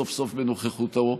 סוף-סוף בנוכחותו,